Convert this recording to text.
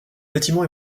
bâtiment